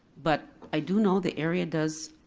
but i do know the area does,